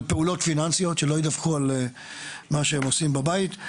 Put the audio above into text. פעולות פיננסיות" שלא ידווחו על מה שהם עושים בבית.